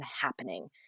happening